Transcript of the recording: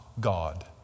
God